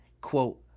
Quote